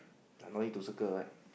no need to circle one